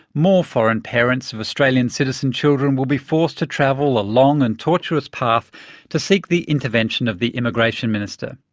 more foreign parents of australian citizen children will be forced to travel a long and tortuous path to seek the intervention of the immigration minister.